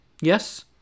Yes